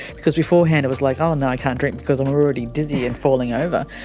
because beforehand it was like, oh no, i can't drink because i'm already dizzy and falling over.